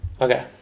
Okay